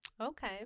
okay